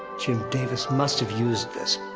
jim davis must have used this.